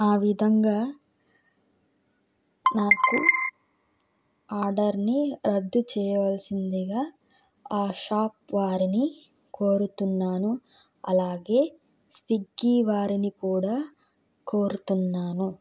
ఆ విధంగా నాకు ఆర్డర్ని రద్దు చేయవలసిందిగా ఆ షాప్ వారిని కోరుతున్నాను అలాగే స్విగ్గీ వారిని కూడా కోరుతున్నాను